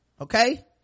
okay